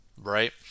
right